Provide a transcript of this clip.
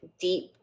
deep